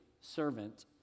servant